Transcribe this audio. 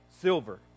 silver